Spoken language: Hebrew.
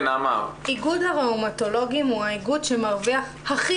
איגוד הראומטולוגים הוא האיגוד שמרוויח הכי